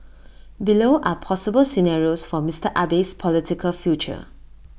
below are possible scenarios for Mister Abe's political future